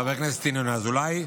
חבר הכנסת ינון אזולאי,